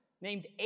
named